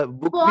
book